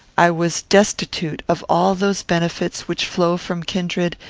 i was destitute of all those benefits which flow from kindred,